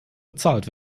bezahlt